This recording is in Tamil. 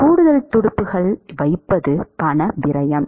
கூடுதல் துடுப்புகள் வைப்பது பண விரயம்